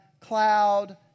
cloud